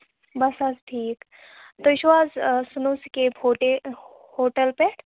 بَس حظ ٹھیٖک تُہۍ چھِو حظ سٔنو سِکیٖپ ہُڈے ہوٹل پٮ۪ٹھ